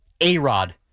A-Rod